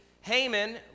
Haman